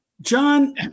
John